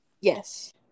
Yes